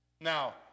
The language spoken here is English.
Now